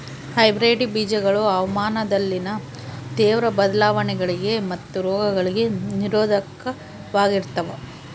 hybrid ಬೇಜಗಳು ಹವಾಮಾನದಲ್ಲಿನ ತೇವ್ರ ಬದಲಾವಣೆಗಳಿಗೆ ಮತ್ತು ರೋಗಗಳಿಗೆ ನಿರೋಧಕವಾಗಿರ್ತವ